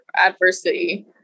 adversity